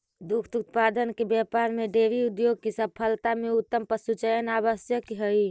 दुग्ध उत्पादन के व्यापार में डेयरी उद्योग की सफलता में उत्तम पशुचयन आवश्यक हई